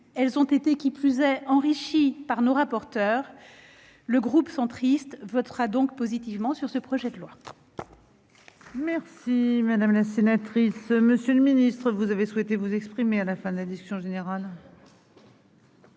Elles ont été qui plus est enrichies par nos rapporteurs. Le groupe centriste votera donc ce projet de loi.